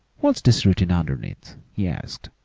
what's this written underneath? he asked,